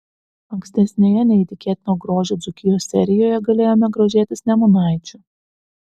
ankstesnėje neįtikėtino grožio dzūkijos serijoje galėjome grožėtis nemunaičiu